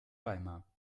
weimar